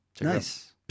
nice